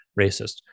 racist